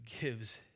gives